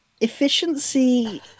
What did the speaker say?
efficiency